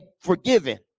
forgiven